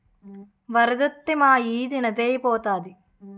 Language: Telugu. వరదొత్తే మా ఈది నదే ఐపోతాది